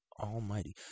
almighty